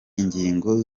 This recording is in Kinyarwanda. ingingo